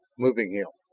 moving him.